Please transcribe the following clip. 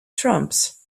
trumps